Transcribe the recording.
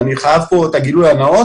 ואני חייב כאן את הגילוי הנאות